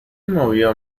movió